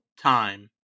time